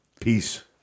Peace